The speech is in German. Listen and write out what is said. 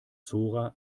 zora